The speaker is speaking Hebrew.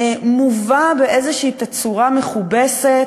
הוא מובא באיזושהי תצורה מכובסת,